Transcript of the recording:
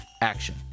action